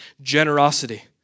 generosity